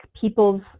people's